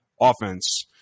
offense